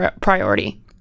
priority